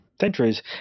centuries